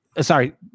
Sorry